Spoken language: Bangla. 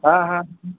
হ্যাঁ হ্যাঁ